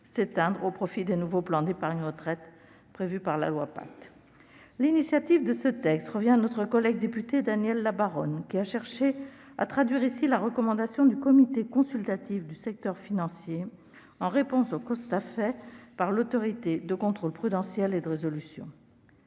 s'éteindre au profit des nouveaux plans d'épargne retraite prévus par la loi Pacte. L'initiative du présent texte revient à notre collègue député Daniel Labaronne, qui a cherché à traduire la recommandation émise par le Comité consultatif du secteur financier en réponse aux constats faits par l'Autorité de contrôle prudentiel et de résolution.